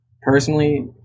Personally